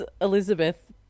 Elizabeth